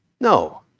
No